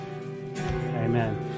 Amen